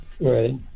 Right